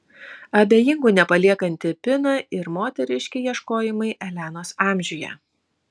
abejingų nepaliekanti pina ir moteriški ieškojimai elenos amžiuje